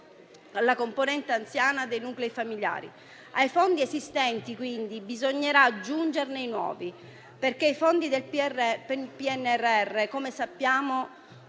della componente anziana dei nuclei familiari. Ai fondi esistenti, quindi, bisognerà aggiungerne nuovi, perché i fondi del PNRR sono temporanei